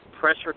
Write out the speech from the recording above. pressure